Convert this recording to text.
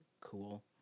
cool